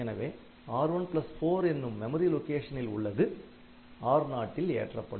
எனவே R14 என்னும் memory லொக்கேஷனில் உள்ளது R0 ல் ஏற்றப்படும்